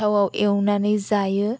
थावाव एवनानै जायो